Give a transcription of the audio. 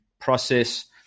process